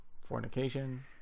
fornication